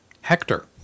hector